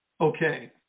okay